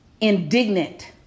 indignant